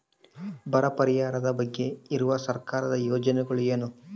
ಬರ ಪರಿಹಾರದ ಬಗ್ಗೆ ಇರುವ ಸರ್ಕಾರದ ಯೋಜನೆಗಳು ಏನು?